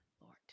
Lord